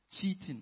cheating